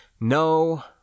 No